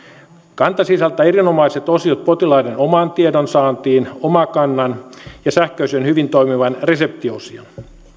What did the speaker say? kanta sisältää erinomaiset osiot potilaiden oman tiedon saantiin oma kannan ja sähköisen hyvin toimivan reseptiosion